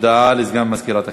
הודעה לסגן מזכירת הכנסת.